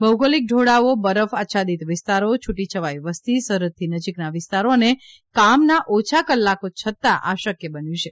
ભૌગોલિક ઢોળાવો બરફ આચ્છાદીત વિસ્તારો છુટી છવાઈ વસતિ સરહદથી નજીકના વિસ્તારો અને કામના ઓછા કલાકો છતાં આ શકય બન્યું છે